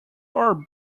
are